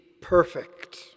perfect